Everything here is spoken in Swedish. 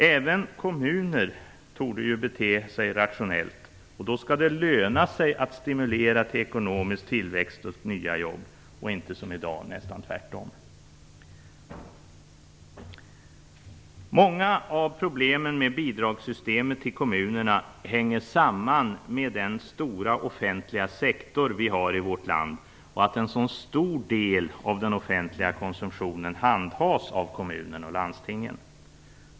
Även kommuner torde ju bete sig rationellt, och då skall det löna sig att stimulera till ekonomisk tillväxt och nya jobb - och inte, som i dag, nästan tvärtom. Många av problemen med bidragssystemet för kommunerna hänger samman med den stora offentliga sektor vi har i vårt land och att en så stor del av den offentliga konsumtionen handhas av kommunerna och landstingen.